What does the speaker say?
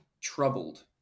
troubled